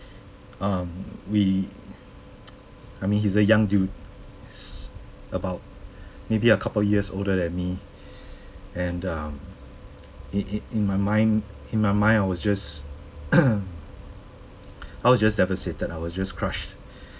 um we I mean he is a young dude he's about maybe a couple years older than me and um in in in my mind in my mind I was just I was just devastated I was just crushed